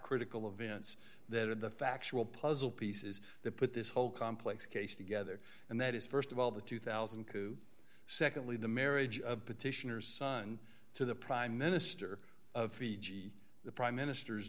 critical of events that are the factual puzzle pieces that put this whole complex case together and that is st of all the two thousand coup secondly the marriage of petitioners son to the prime minister of fiji the prime minister's